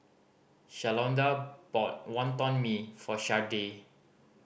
Shalonda bought Wonton Mee for Shardae